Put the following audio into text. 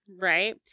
right